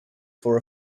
for